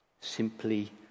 Simply